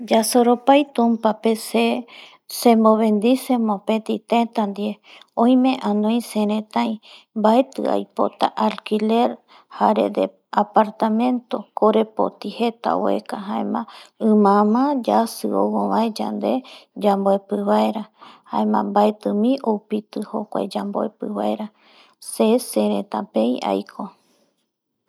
Yasoropai tumpa pe se mobenduce mopeti teta pe, oime anoi sereta, baeti aipota alquiler jare apartamento korepoti jeta ueka jaema imama yasi ou obae yande yanbuepi baera, jaema baeti mi oipiti jokuae yanbuepi baera, se seretapei aiko.